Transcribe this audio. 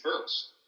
first